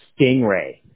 Stingray